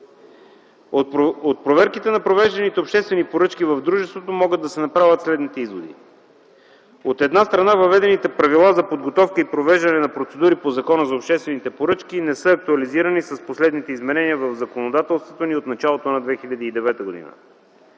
От проверките на провежданите обществени поръчки в дружеството могат да се направят следните изводи. От една страна, въведените правила за подготовка и провеждане на процедури по Закона за обществените поръчки не са актуализирани с последните изменения в законодателството ни от началото на 2009 г.